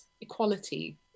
equality